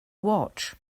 watch